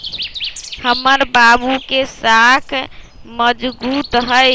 हमर बाबू के साख मजगुत हइ